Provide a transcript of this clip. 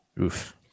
Oof